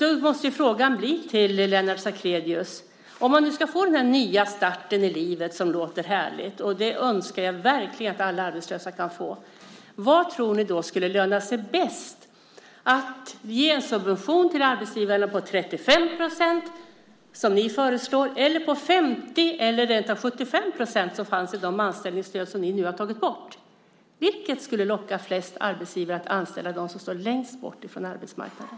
Då måste frågan till Lennart Sacrédeus bli: Om man nu ska få denna nya start i livet som låter så härlig och som jag verkligen önskar att alla arbetslösa kan få, vad tror ni då skulle löna sig bäst - att ge en subvention till arbetsgivarna på 35 % som ni föreslår eller på 50 % eller rentav 75 % som i de anställningsstöd som ni nu har tagit bort? Vilket skulle locka flest arbetsgivare att anställa dem som står längst bort från arbetsmarknaden?